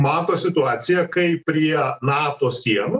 mato situaciją kai prie nato sienų